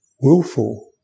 willful